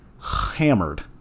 hammered